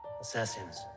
Assassins